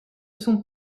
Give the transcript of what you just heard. son